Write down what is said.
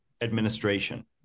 Administration